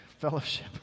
fellowship